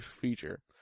feature